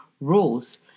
rules